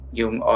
yung